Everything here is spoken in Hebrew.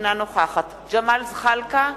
אינה נוכחת ג'מאל זחאלקה,